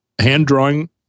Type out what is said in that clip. hand-drawing